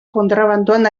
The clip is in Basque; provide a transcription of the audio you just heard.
kontrabandoan